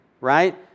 right